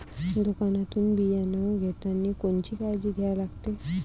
दुकानातून बियानं घेतानी कोनची काळजी घ्या लागते?